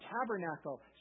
tabernacle